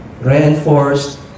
Reinforced